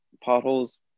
potholes